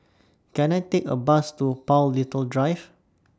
Can I Take A Bus to Paul Little Drive